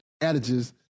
adages